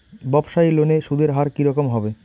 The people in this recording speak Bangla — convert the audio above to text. ব্যবসায়ী লোনে সুদের হার কি রকম হবে?